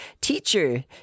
teacher